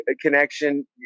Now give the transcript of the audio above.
connection